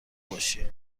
باشی